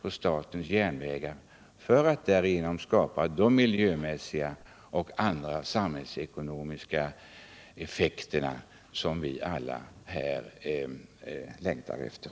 Därigenom kan han åstadkomma de miljömässiga och samhällsekonomiska effekter som vi alla längtar efter.